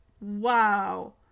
wow